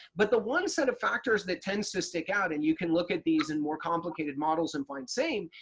but the one set of factors that tends to stick out and you can look at these in more complicated models and find the same,